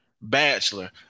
Bachelor